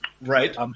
Right